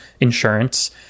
insurance